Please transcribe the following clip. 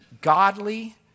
godly